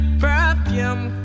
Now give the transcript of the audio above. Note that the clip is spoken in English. perfume